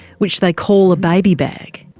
which they call a baby bag.